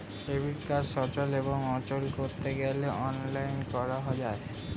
debit card সচল এবং অচল করতে গেলে অনলাইন করা যায়